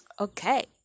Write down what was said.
Okay